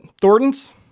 Thornton's